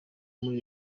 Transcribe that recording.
muri